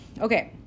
okay